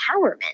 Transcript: empowerment